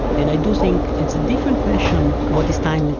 and i do think it's a different question what is time,